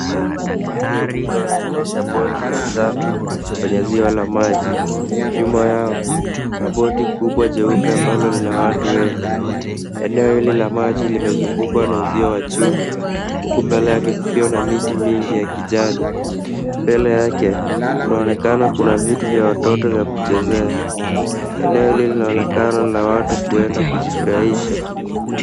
Watu wawili wanaendesha boti za njano kwenye ziwa la maji. Nyuma yao, kuna boti kubwa jeupe ambalo lina watu wengi. Eneo hili la maji limezungukwa na uzio wa chuma huku mbele yake kukiwa na miti mingi ya kijani. Mbele yake kunaonekana kuna vitu vya watoto vya kuchezea. Eneo hili linaonekana lina watu kuenda kujifurahsha.